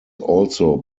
also